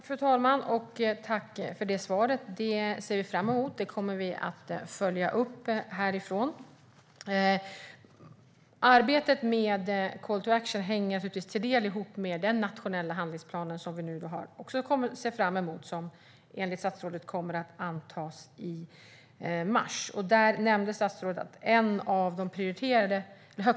Fru talman! Tack för det svaret, statsrådet! Vi ser fram emot rapporterna och kommer att följa upp det hela från riksdagens sida. Arbetet med Call to Action hänger naturligtvis till del ihop med den nationella handlingsplan som enligt statsrådet kommer att antas i mars och som vi också ser fram emot.